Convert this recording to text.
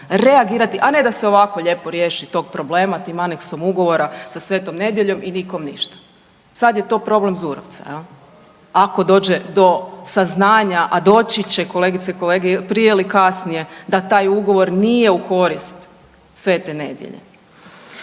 reagirati, a ne da se ovako lijepo riješi tog problema tog problema tim aneksom ugovora sa Sv. Nedeljom i nikom ništa. Sad je to problem Zurovca jel, ako dođe do saznanja, a doći će kolegice i kolege prije ili kasnije da taj ugovor nije u korist Sv. Nedelje.